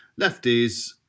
lefties